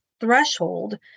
threshold